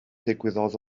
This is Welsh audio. ddigwyddodd